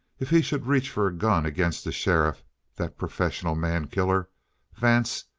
if he should reach for a gun against the sheriff that professional mankiller vance,